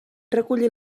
recollit